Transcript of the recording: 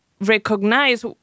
recognize